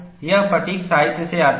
यह फ़ैटिग् साहित्य से आती है